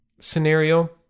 scenario